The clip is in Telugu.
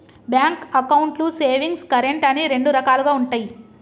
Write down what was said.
బ్యాంక్ అకౌంట్లు సేవింగ్స్, కరెంట్ అని రెండు రకాలుగా ఉంటయి